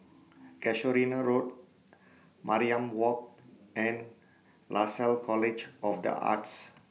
Casuarina Road Mariam Walk and Lasalle College of The Arts